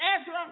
Ezra